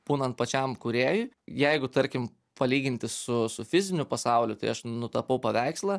būnant pačiam kūrėjui jeigu tarkim palyginti su su fiziniu pasauliu tai aš nutapau paveikslą